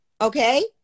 Okay